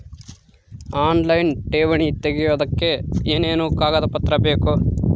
Online ಠೇವಣಿ ತೆಗಿಯೋದಕ್ಕೆ ಏನೇನು ಕಾಗದಪತ್ರ ಬೇಕು?